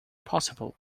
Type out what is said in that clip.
possible